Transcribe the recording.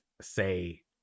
say